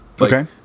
Okay